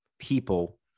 people